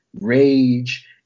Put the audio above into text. rage